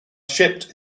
shipped